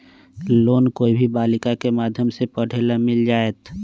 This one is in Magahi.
लोन कोई भी बालिका के माध्यम से पढे ला मिल जायत?